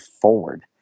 forward